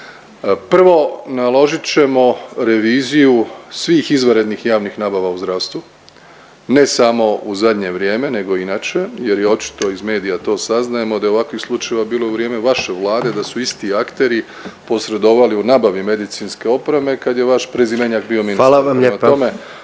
prvo, naložit ćemo reviziju svih izvanrednih javnih nabava u zdravstvu, ne samo u zadnje vrijeme, nego i inače jer je očito iz medija to saznajemo da je ovakvih slučajeva bilo u vrijeme vaše vlade, da su isti akteri posredovali u nabavi medicinske opreme kad je vaš prezimenjak bio ministar. .../Upadica: